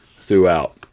throughout